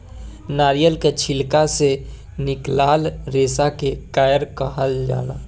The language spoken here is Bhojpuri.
नारियल के छिलका से निकलाल रेसा के कायर कहाल जाला